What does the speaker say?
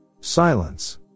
Silence